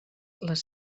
les